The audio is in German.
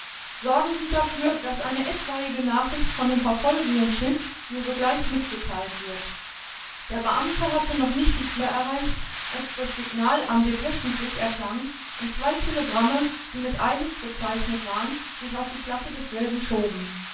sorgen sie dafür daß eine etwaige nachricht von dem verfolgenden schiff mir sogleich mitgeteilt wird der beamte hatte noch nicht die tür erreicht als das signal am depeschentisch erklang und zwei telegramme die mit eilig bezeichnet waren sich auf die platte desselben schoben